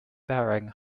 bearing